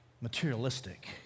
materialistic